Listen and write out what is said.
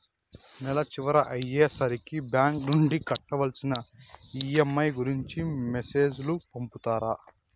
నెల చివర అయ్యే సరికి బ్యాంక్ నుండి కట్టవలసిన ఈ.ఎం.ఐ గురించి మెసేజ్ లు పంపుతారు